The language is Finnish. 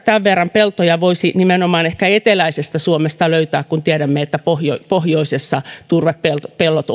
tämän verran peltoja voisi nimenomaan ehkä eteläisestä suomesta löytää tiedämme että pohjoisessa pellot